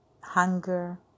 hunger